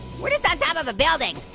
we're just on top of the building.